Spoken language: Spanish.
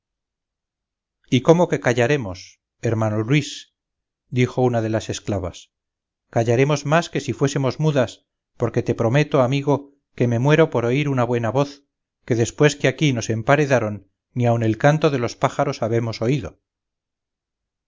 y cómo que callaremos hermano luis dijo una de las esclavas callaremos más que si fuésemos mudas porque te prometo amigo que me muero por oír una buena voz que después que aquí nos emparedaron ni aun el canto de los pájaros habemos oído